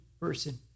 person